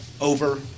over